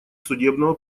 судебного